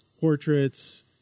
portraits